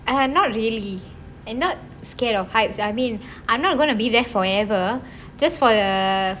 um not really and not scared of heights I mean I'm not going to be there forever just for err